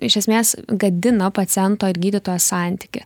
iš esmės gadina paciento ir gydytojo santykį